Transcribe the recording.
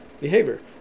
behavior